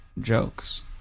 jokes